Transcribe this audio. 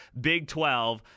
BIG12